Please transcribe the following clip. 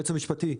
היועץ המשפטי,